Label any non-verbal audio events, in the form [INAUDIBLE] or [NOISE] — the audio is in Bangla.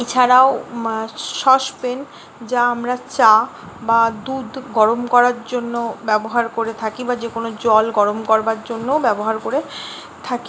এছাড়াও [UNINTELLIGIBLE] সসপ্যান যা আমরা চা বা দুধ গরম করার জন্য ব্যবহার করে থাকি বা যে কোনো জল গরম করবার জন্যও ব্যবহার করে থাকি